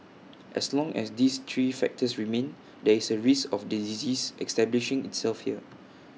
as long as these three factors remain there is A risk of the disease establishing itself here